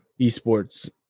esports